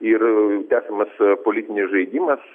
ir tęsiamas politinis žaidimas